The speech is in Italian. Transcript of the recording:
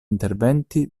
interventi